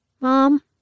Mom